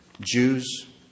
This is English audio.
Jews